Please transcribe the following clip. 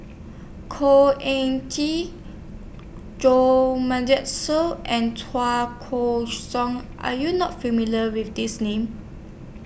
Khor Ean Ghee Jo Marion Seow and Chua Koon Siong Are YOU not familiar with These Names